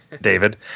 David